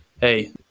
hey